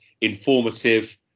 informative